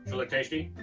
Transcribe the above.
look tasty?